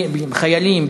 בחיילים,